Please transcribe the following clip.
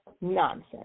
Nonsense